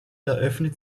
eröffnet